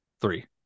Three